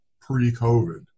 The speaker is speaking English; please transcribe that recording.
pre-COVID